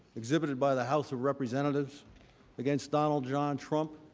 exhibited by the house of representatives against donald john trump,